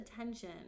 attention